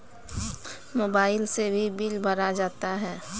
Mobile से भी bill भरा जाता हैं?